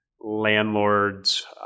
landlords